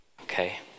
okay